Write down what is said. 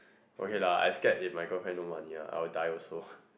okay lah I scared if my girlfriend no money lah I will die also